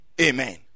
Amen